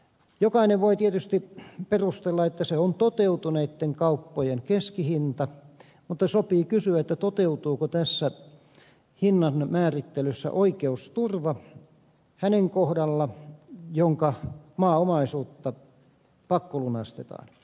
jokainen voi tietysti perustella että se on toteutuneitten kauppojen keskihinta mutta sopii kysyä toteutuuko tässä hinnanmäärittelyssä oikeusturva sen henkilön kohdalla jonka maaomaisuutta pakkolunastetaan